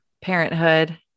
parenthood